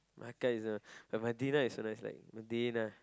Mekah is a but Madinah is so nice like Dayna